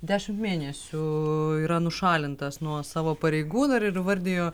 dešimt mėnesių yra nušalintas nuo savo pareigų dar ir įvardijo